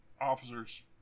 officers